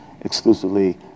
exclusively